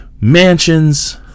mansions